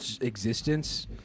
existence